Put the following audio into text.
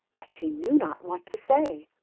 that she knew not what to say.